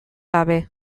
gabe